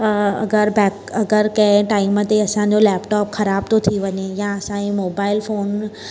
अगरि बेक अगर कंहिं टाइम ते असांजो लैपटॉप ख़राब थो थी वञे या असांजी मोबाइल फ़ोन